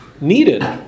needed